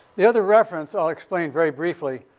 the other reference, i'll explain very briefly.